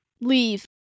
leave